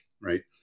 right